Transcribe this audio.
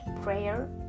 prayer